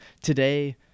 today